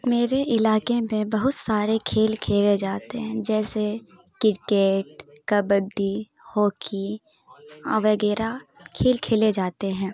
میرے علاقے میں بہت سارے کھیل کھیلے جاتے ہیں جیسے کرکٹ کبڈی ہاکی وغیرہ کھیل کھیلے جاتے ہیں